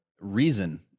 reason